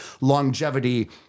longevity